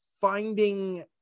finding